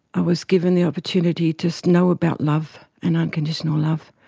i was given the opportunity to so know about love and unconditional love,